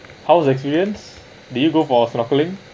how was your experience did you go for snorkeling